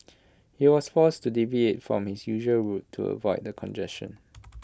he was forced to deviate from his usual route to avoid the congestion